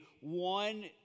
one